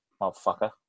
motherfucker